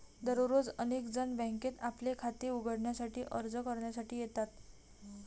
दररोज अनेक जण बँकेत आपले खाते उघडण्यासाठी अर्ज करण्यासाठी येतात